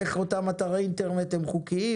איך אותם אתרי אינטרנט הם חוקיים,